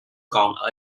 còn